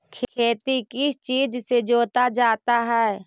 खेती किस चीज से जोता जाता है?